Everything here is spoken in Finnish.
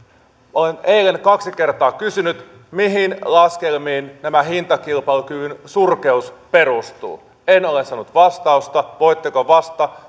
olen eilen kaksi kertaa kysynyt mihin laskelmiin tämä hintakilpailukyvyn surkeus perustuu en ole saanut vastausta voitteko vastata